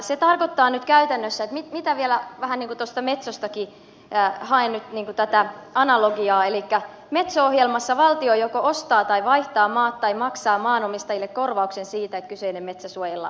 se tarkoittaa nyt käytännössä mitä vielä vähän tuosta metsostakin haen nyt tätä analogiaa että metso ohjelmassa valtio joko ostaa tai vaihtaa maat tai maksaa maanomistajille korvauksen siitä että kyseinen metsä suojellaan